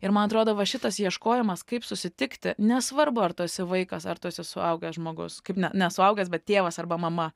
ir man atrodo va šitas ieškojimas kaip susitikti nesvarbu ar tu esi vaikas ar tu esi suaugęs žmogus kaip ne ne suaugęs bet tėvas arba mama